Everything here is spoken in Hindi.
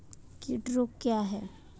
कीट रोग क्या है?